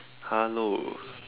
hello